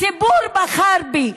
הציבור בחר בי.